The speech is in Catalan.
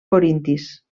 corintis